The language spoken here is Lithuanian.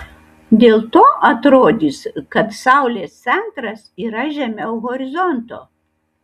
dėl to atrodys kad saulės centras yra žemiau horizonto